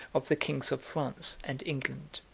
of the kings of france and england.